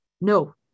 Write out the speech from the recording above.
No